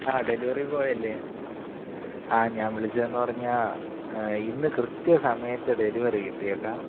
ആ ഡെലിവറി ബോയല്ലേ ആ ഞാൻ വിളിച്ചതെന്നുപറഞ്ഞാല് ഇന്ന് കൃത്യ സമയത്ത് ഡെലിവറി കിട്ടി കേട്ടാ